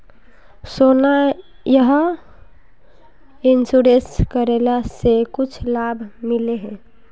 सोना यह इंश्योरेंस करेला से कुछ लाभ मिले है?